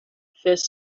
first